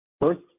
First